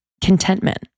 contentment